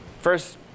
first